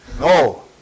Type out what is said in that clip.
No